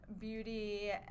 beauty